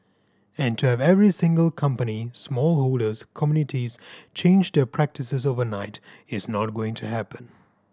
and to have every single company small holders communities change their practices overnight is not going to happen